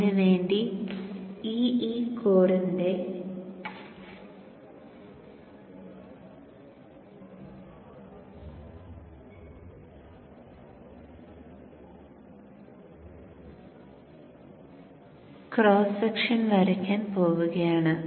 അതിനുവേണ്ടി E E കോറിന്റെ cross section വരയ്ക്കാൻ പോകുകയാണ്